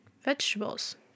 vegetables